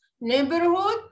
neighborhood